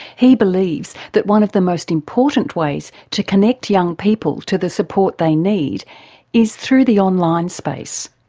he believes that one of the most important ways to connect young people to the support they need is through the online space.